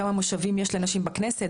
כמה מושבים יש לנשים בכנסת,